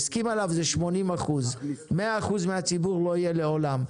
"הסכים עליו" זה 80%. 100% מהציבור לא יהיה לעולם,